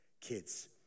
kids